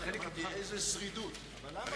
אדוני